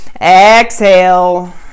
exhale